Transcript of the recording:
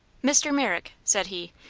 mr. merrick, said he,